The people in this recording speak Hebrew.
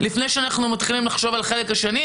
בואו נראה שאתם בכלל מתמודדים עם החלק הראשון.